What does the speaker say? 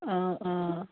অঁ অঁ